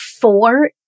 four